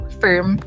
firm